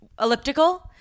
elliptical